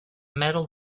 metal